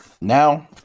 now